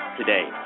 today